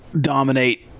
dominate